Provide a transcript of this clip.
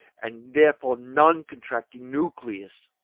and therefore non-contracting nucleus.